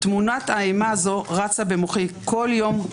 תמונת האימה הזאת רצה במוחי כל יום,